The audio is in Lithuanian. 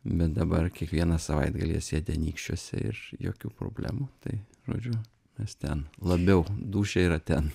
bet dabar kiekvieną savaitgalį jie sėdi anykščiuose ir jokių problemų tai žodžiu nes ten labiau dūšia yra ten